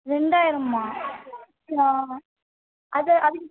ரெண்டாயிரமா அது அதுக்